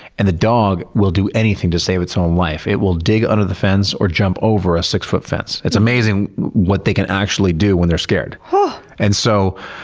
and the dog will do anything to save its own life. it will dig under the fence, or jump over a six foot fence. it's amazing what they can actually do when they're scared. but and so,